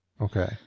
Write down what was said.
Okay